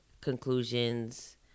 conclusions